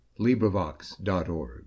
LibriVox.org